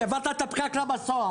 העברת את הפקק למסוע.